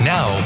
Now